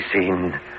seen